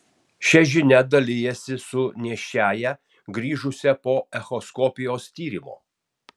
šia žinia dalinasi su nėščiąja grįžusia po echoskopijos tyrimo